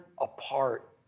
apart